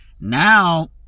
Now